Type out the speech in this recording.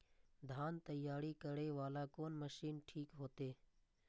धान तैयारी करे वाला कोन मशीन ठीक होते?